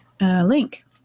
link